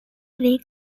league